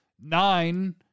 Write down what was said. Nine